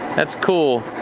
that's cool.